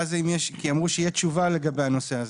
אמרו שתהיה תשובה לגבי הנושא הזה.